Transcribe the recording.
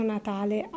Natale